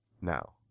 now